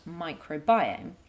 microbiome